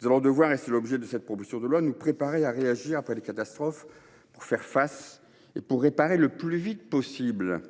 Nous allons devoir, et c’est l’objet de cette proposition de loi, nous préparer à réagir après des catastrophes pour réparer le plus vite possible,